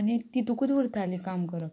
आनी तितुकूत उरतालीं काम करप